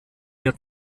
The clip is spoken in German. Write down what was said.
der